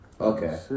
Okay